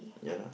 ya lah